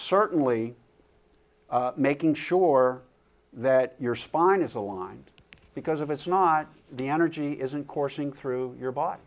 certainly making sure that your spine is aligned because if it's not the energy isn't coursing through your body